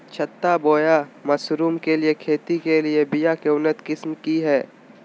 छत्ता बोया मशरूम के खेती के लिए बिया के उन्नत किस्म की हैं?